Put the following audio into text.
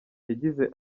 yagize